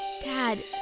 Dad